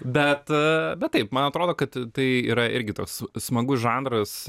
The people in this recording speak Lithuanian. bet bet taip man atrodo kad tai yra irgi toks smagus žanras